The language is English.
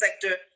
sector